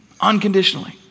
unconditionally